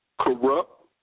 corrupt